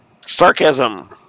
Sarcasm